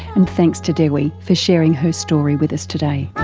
and thanks to dewi for sharing her story with us today.